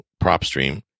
PropStream